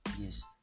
Yes